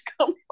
come